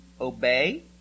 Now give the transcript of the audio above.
obey